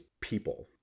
people